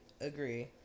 agree